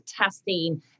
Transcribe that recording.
testing